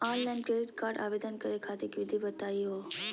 Online credit card आवेदन करे खातिर विधि बताही हो?